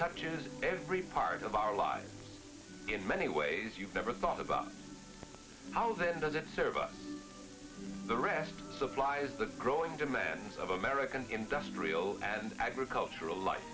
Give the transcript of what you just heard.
touches every part of our lives in many ways you've never thought about how then does it serve the rest supply is the growing demands of american industrial and agricultural life